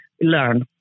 learn